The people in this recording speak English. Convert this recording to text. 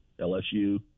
LSU